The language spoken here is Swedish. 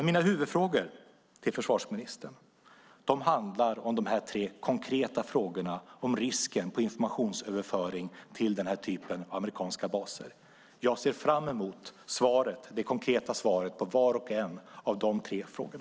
Mina huvudfrågor till försvarsministern är dock de tre konkreta frågorna om risken för informationsöverföring till denna typ av amerikanska baser. Jag ser fram emot det konkreta svaret på var och en av dessa tre frågor.